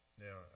Now